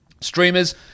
Streamers